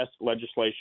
legislation